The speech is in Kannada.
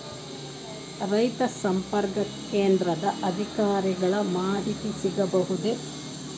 ರೈತ ಸಂಪರ್ಕ ಕೇಂದ್ರದ ಅಧಿಕಾರಿಗಳ ಮಾಹಿತಿ ಸಿಗಬಹುದೇ?